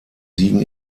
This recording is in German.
siegen